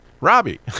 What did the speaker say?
Robbie